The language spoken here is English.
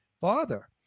father